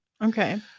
Okay